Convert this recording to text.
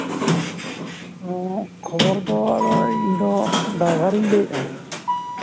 ᱚ ᱠᱷᱚᱵᱚᱨ ᱫᱚ ᱟᱫᱚ ᱤᱧ ᱫᱚ ᱰᱟᱭᱵᱷᱟᱨᱤᱧ ᱞᱟᱹᱭᱮᱫᱼᱟ